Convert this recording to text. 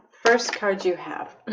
first card you have and